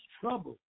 trouble